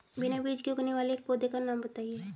बिना बीज के उगने वाले एक पौधे का नाम बताइए